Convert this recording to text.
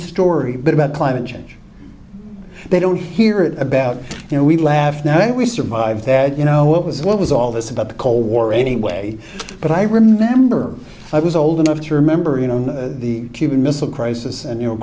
story but about climate change they don't hear it about you know we laugh now that we survived that you know what was what was all this about the cold war anyway but i remember i was old enough to remember you know the cuban missile crisis and you know